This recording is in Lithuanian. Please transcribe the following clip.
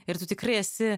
ir tu tikrai esi